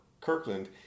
Kirkland